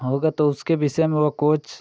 होगा तो उसके विषय में वह कोच